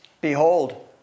Behold